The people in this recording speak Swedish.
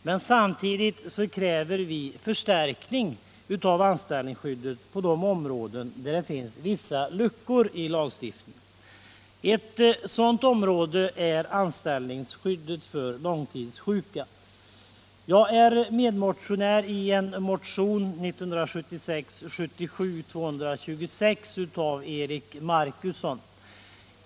Men samtidigt kräver vi förstärkning av anställningsskyddet på de områden där det finns vissa luckor i lagen. Ett sådant område är anställningsskyddet för långtidssjuka. Jag är medmotionär i motionen 1976/77:226 med Eric Marcusson som första namn.